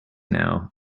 now